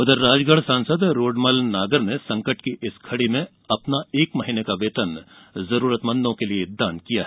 उधर राजगढ़ सांसद रोडमल नागर ने संकट की इस घड़ी में अपने एक महीने का वेतन जरूरतमंदों के लिए दान किया है